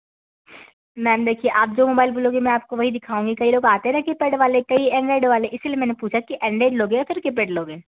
ma'am देखिए आप जो मोबाइल बोलोगे मैं आपको वही दिखाऊंगी कई लोग आते हैं ना कीपैड वाले कई एंड्रॉइड वाले इसलिए मैंने पूछा की एंड्रॉइड लोगे या फिर कीपैड लोगे